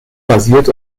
basiert